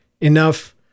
enough